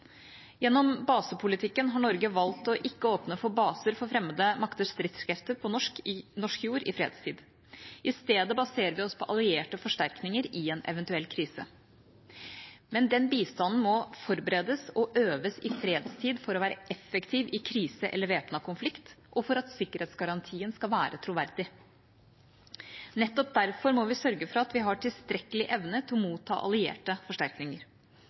Gjennom basepolitikken har Norge valgt ikke å åpne for baser for fremmede makters stridskrefter på norsk jord i fredstid. I stedet baserer vi oss på allierte forsterkninger i en eventuell krise. Men den bistanden må forberedes og øves i fredstid for å være effektiv i krise eller væpnet konflikt, og for at sikkerhetsgarantien skal være troverdig. Nettopp derfor må vi sørge for at vi har tilstrekkelig evne til å motta allierte forsterkninger.